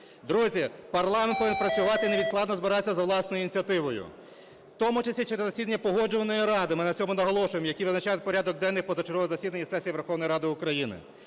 Друзі, парламент повинен працювати і невідкладно збиратися за власною ініціативою, в тому числі через засідання Погоджувальної ради, ми на цьому наголошуємо, яка визначає порядок денний позачергових засідань і сесій Верховної Ради України.